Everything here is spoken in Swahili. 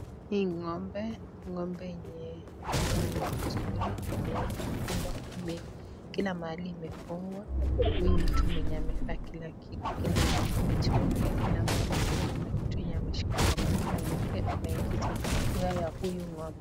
Hii ngo'mbe, ngo'mbe yenye amafungua vizuri Kila mahali imefungwa huyu mtu amejifunika Kila mahali pia kuna kitu ameshika kwa mkono yake anaingisa kwa poa wa huyu ngo'mbe.